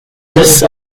dix